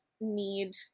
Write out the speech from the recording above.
need